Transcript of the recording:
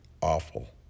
awful